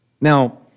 Now